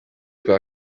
kwa